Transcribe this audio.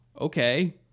okay